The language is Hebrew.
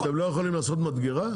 אתם לא יכולים לעשות מדגרה?